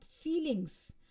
feelings